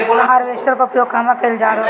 Harvester का उपयोग कहवा कइल जाला और कब?